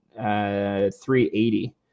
380